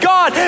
God